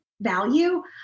value